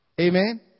amen